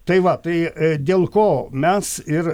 tai va tai dėl ko mes ir